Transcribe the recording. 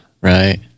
Right